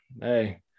hey